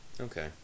Okay